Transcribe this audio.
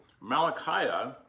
Malachi